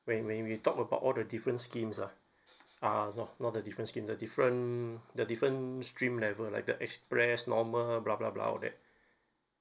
when~ when we talk about all the different schemes ah uh not not the different schemes the different the different stream level like the express normal bla bla bla all that